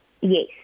Yes